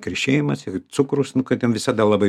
krešėjimas ir cukrus nu kad ten visada labai